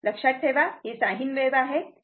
लक्षात ठेवा ही साईन वेव्ह आहे